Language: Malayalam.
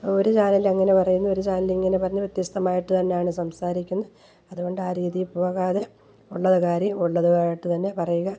ഒരു ചാനലിൽ അങ്ങനെ പറയുന്നു ഒരു ചാനൽ ഇങ്ങനെ പറഞ്ഞു വ്യത്യസ്തമായിട്ടു തന്നെയാണ് സംസാരിക്കുന്ന അതു കൊണ്ട് ആ രീതിയിൽ പോകാതെ ഉള്ളത് കാര്യം ഉള്ളതായിട്ടു തന്നെ പറയുക